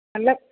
അല്ല